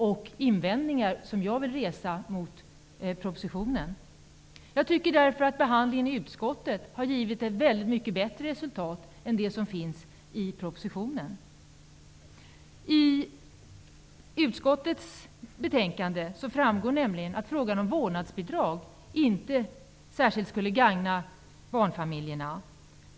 Jag vill resa några invändningar mot propositionen. Jag tycker att behandlingen i utskottet har resulterat i ett väldigt mycket bättre förslag än det som finns i propositionen. I utskottets betänkande framgår det nämligen att frågan om vårdnadsbidrag inte särskilt skulle gagna barnfamiljerna.